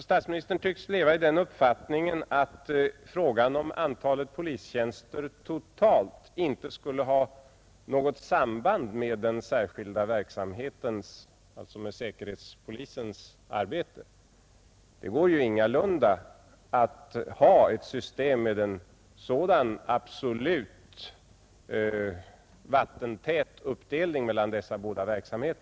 Statsministern tycks leva i den uppfattningen att frågan om antalet polistjänster totalt sett inte skulle ha något samband med den särskilda verksamhetens — säkerhetspolisens — arbete. Det går ingalunda att ha ett system med en absolut vattentät uppdelning av polisens båda funktioner.